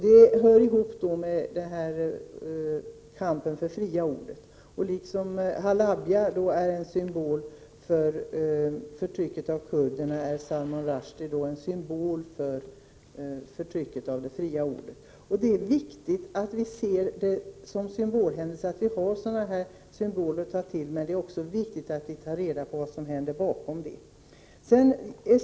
Detta hör samman med kampen för det fria ordet. Liksom Halabja är en symbol för förtrycket av kurderna, är Salman Rushdie en symbol för förtrycket av det fria ordet. Det är viktigt att vi ser detta som symbolhändelser och att vi har sådana symboler att ta till, men det är också viktigt att vi tar reda på vad som sker bakom detta.